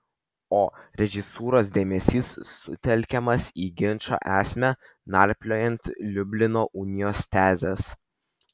o režisūros dėmesys sutelkiamas į ginčo esmę narpliojant liublino unijos tezes